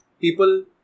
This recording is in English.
people